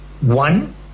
one